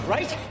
Right